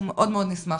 מאוד מאוד נשמח.